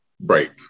break